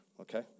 okay